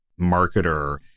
marketer